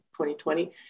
2020